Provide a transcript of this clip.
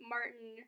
Martin